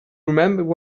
remembered